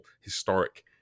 historic